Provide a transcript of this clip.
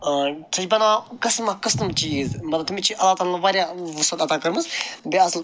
سُہ چھِ بَناوان قٔسمہٕ قٔسمہٕ چیٖز مطلب تٔمِس چھِ اللہ تعالیٰ ہَن واریاہ وُسعت عطا کٔرمٕژ بیٚیہِ اَصٕل